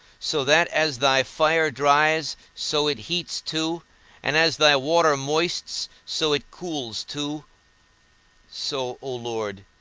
so that as thy fire dries, so it heats too and as thy water moists, so it cools too so, o lord,